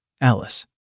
Alice